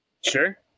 Sure